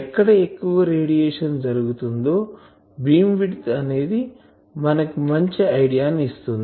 ఎక్కడ ఎక్కువ రేడియేషన్ జరుగుతుందో బీమ్ విడ్త్ అనేది మనకి మంచి ఐడియా ని ఇస్తుంది